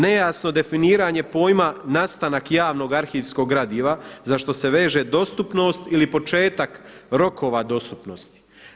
Nejasno definiranje pojma nastanak javnog arhivskog gradiva za što se veže dostupnost ili početak rokova dostupnosti.